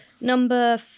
number